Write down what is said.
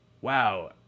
wow